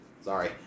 sorry